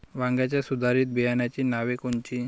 वांग्याच्या सुधारित बियाणांची नावे कोनची?